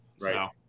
right